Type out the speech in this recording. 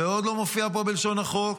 זה עוד לא מופיע פה בלשון החוק.